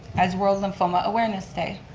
as world lymphoma awareness day.